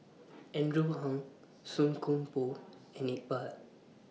Andrew Ang Song Koon Poh and Iqbal